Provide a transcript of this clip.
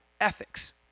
ethics